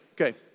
Okay